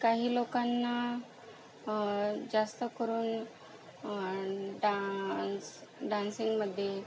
काही लोकांना जास्तकरून डान्स डान्सिंगमध्ये